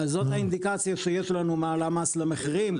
זו האינדיקציה שיש לנו מהלמ"ס למחירים.